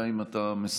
אלא אם כן אתה מסכם.